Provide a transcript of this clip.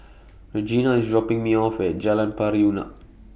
Regina IS dropping Me off At Jalan Pari Unak